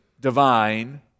divine